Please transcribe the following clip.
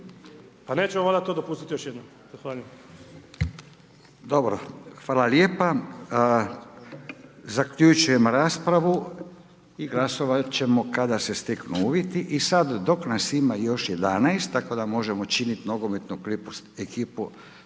Pa nećemo valjda to dopustiti još jednom? **Radin, Furio (Nezavisni)** Dobro, hvala lijepa. Zaključujem raspravu i glasovat ćemo kada se steknu uvjeti i sad dok nas ima još 11, tako da možemo činiti nogometnu ekipu,